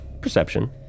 Perception